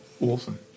Awesome